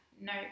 no